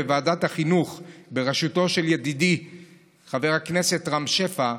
בישיבת ועדת החינוך בראשותו של ידידי חבר הכנסת רם שפע,